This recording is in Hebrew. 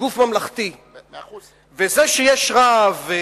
זה שיש רב,